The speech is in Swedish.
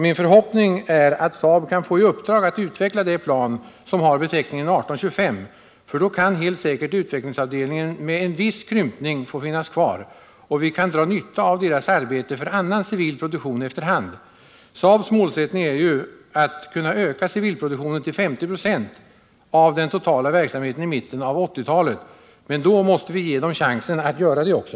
Min förhoppning är att Saab kan få i uppdrag att utveckla det plan som har beteckningen 18:25 eftersom utvecklingsavdelningen — med en viss krympning — då helt säkert kan få finnas kvar, och vi kan efter hand dra nytta av dess arbete för annan civil produktion. Saabs målsättning är ju att öka den civila produktionen till 50 26 av den totala verksamheten i mitten av 1980 talet — men då måste vi ge Saab chansen att göra det också.